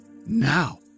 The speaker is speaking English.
Now